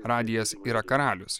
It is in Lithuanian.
radijas yra karalius